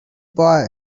boy